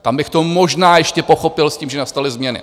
Tam bych to možná ještě pochopil s tím, že nastaly změny.